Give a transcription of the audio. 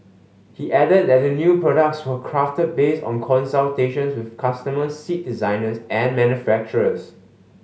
he added that the new products were crafted based on consultations with customers seat designers and manufacturers